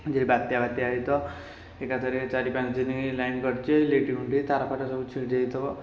ଯଦି ବାତ୍ୟା ଫାତ୍ୟା ହେଇଥିବ ଏକାଥରେ ଚାରି ପାଞ୍ଚ ଦିନି ଲାଇନ୍ କଟିଯିବ ଇଲେକ୍ଟ୍ରି ଖୁଣ୍ଟି ତାର ଫାର ସବୁ ଛିଡ଼ି ଯାଇଥିବ